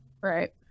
Right